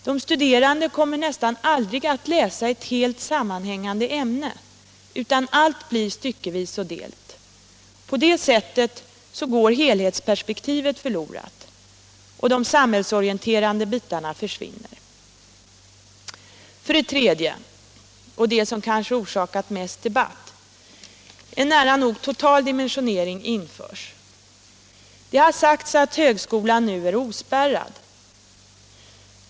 De studerande kommer nästan aldrig att läsa ett helt, sammanhängande ämne, utan allt blir styckevis och delt. På det sättet går helhetsperspektivet förlorat, och de samhällsorienterande bitarna försvinner. 3. En nära nog total dimensionering införs — och det är kanske detta som orsakat mest debatt. Det har sagts att högskolan är ospärrad.